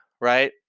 right